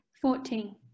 Fourteen